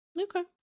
Okay